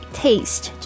taste